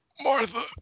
Martha